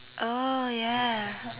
oh ya